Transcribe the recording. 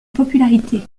popularité